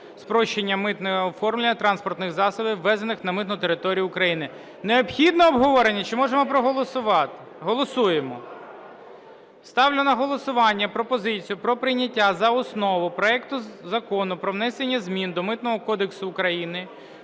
спрощення митного оформлення транспортних засобів, ввезених на митну територію України. Необхідне обговорення чи можемо проголосувати? Голосуємо. Ставлю на голосування пропозицію про прийняття за основу проекту Закону про внесення змін до Митного кодексу України